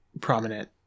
prominent